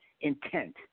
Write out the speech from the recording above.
intent